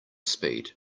speed